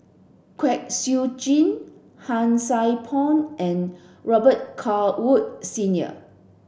Kwek Siew Jin Han Sai Por and Robet Carr Woods Senior